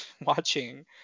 watching